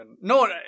no